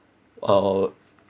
uh